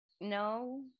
no